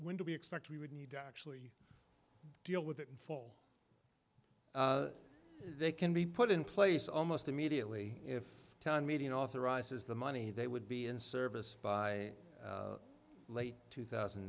when do we expect we would need to actually deal with it in fall they can be put in place almost immediately if a town meeting authorizes the money they would be in service by late two thousand